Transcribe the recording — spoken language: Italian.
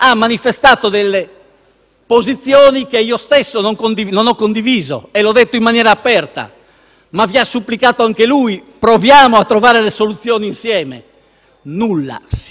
posizioni che io stesso non ho condiviso, e l'ho detto in maniera aperta. Ma vi ha supplicato anche lui: proviamo a trovare le soluzioni insieme. Nulla, silenzio di tomba;